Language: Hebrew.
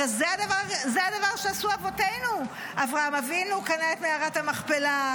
הרי זה הדבר שעשו אבותינו: אברהם אבינו קנה את מערת המכפלה,